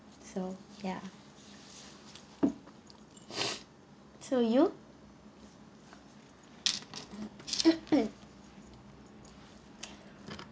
so ya so you